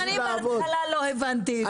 גם אני בהתחלה לא הבנתי את זה.